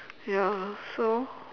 ya so